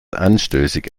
anstößig